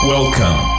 Welcome